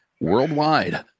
worldwide